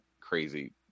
crazy